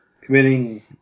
committing